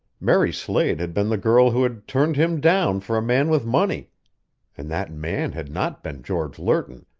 mary slade had been the girl who had turned him down for a man with money and that man had not been george lerton,